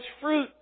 fruit